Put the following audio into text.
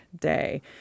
day